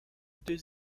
deux